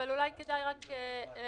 אבל אולי כדאי רק לחדד,